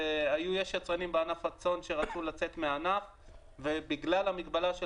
יש יצרנים בענף הצאן שרצו לצאת מהענף ובגלל המגבלה של